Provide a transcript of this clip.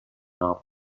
namen